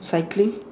cycling